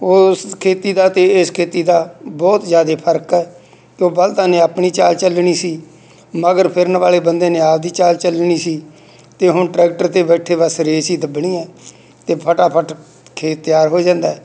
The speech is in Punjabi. ਉਸ ਖੇਤੀ ਦਾ ਅਤੇ ਇਸ ਖੇਤੀ ਦਾ ਬਹੁਤ ਜ਼ਿਆਦਾ ਫਰਕ ਹੈ ਕਿ ਉਹ ਬਲਦਾਂ ਨੇ ਆਪਣੀ ਚਾਲ ਚੱਲਣੀ ਸੀ ਮਗਰ ਫਿਰਨ ਵਾਲੇ ਬੰਦੇ ਨੇ ਆਪਦੀ ਚਾਲ ਚੱਲਣੀ ਸੀ ਅਤੇ ਹੁਣ ਟਰੈਕਟਰ 'ਤੇ ਬੈਠੇ ਬਸ ਰੇਸ ਹੀ ਦੱਬਣੀ ਆ ਅਤੇ ਫਟਾਫਟ ਖੇਤ ਤਿਆਰ ਹੋ ਜਾਂਦਾ